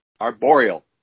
Arboreal